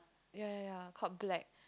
ya ya ya called black